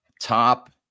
top